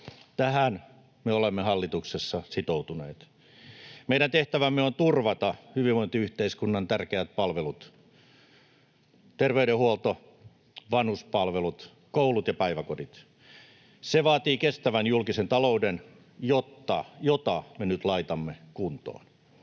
Tähän me olemme hallituksessa sitoutuneet. Meidän tehtävämme on turvata hyvinvointiyhteiskunnan tärkeät palvelut: terveydenhuolto, vanhuspalvelut, koulut ja päiväkodit. Se vaatii kestävän julkisen talouden, jota me nyt laitamme kuntoon.